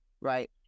Right